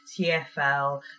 TFL